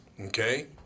okay